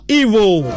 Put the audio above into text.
evil